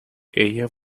ella